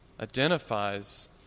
identifies